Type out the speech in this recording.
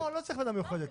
לא, לא צריך ועדה מיוחדת.